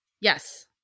Yes